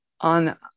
on